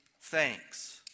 thanks